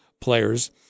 players